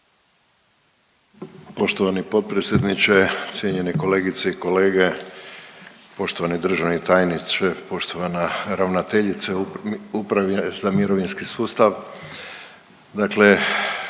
Poštovani potpredsjedniče, cijenjeni kolegice i kolege, poštovani državni tajniče, poštovana ravnateljica uprave za mirovinski sustav.